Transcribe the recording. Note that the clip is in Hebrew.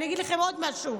אגיד לכם עוד משהו.